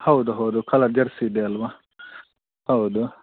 ಹೌದು ಹೌದು colour jersey ಇದೆ ಅಲ್ಲವ ಹೌದು